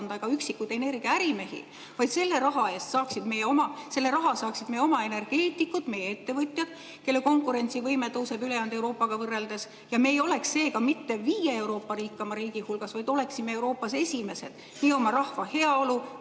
ega üksikuid energiaärimehi, vaid selle raha saaksid meie oma energeetikud, meie ettevõtjad, kelle konkurentsivõime tõuseb ülejäänud Euroopaga võrreldes. Me ei oleks seega mitte viie Euroopa rikkaima riigi hulgas, vaid oleksime Euroopas esimesed nii oma rahva heaolu,